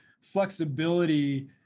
flexibility